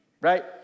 right